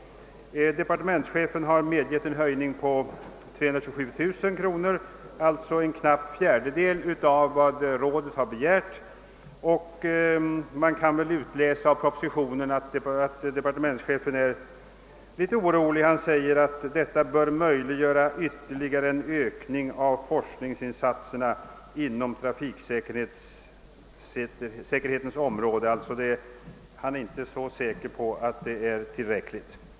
Departementschefen har medgivit en höjning med 327 000 kronor, d.v.s. en knapp fjärdedel av vad rådet begärt. Av propositionen torde kunna utläsas att departementschefen är något orolig, ty han säger att detta »bör möjliggöra ytterligare en ökning av forskningsinsatserna inom trafiksäkerhetens område». Han är alltså inte så säker på att det är tillräckligt.